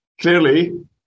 Clearly